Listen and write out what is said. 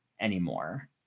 anymore